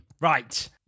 Right